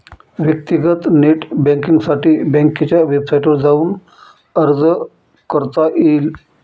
व्यक्तीगत नेट बँकींगसाठी बँकेच्या वेबसाईटवर जाऊन अर्ज करता येईल